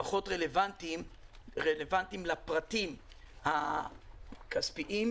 פחות רלוונטיים לפרטים הכספיים,